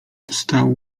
wstał